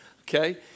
okay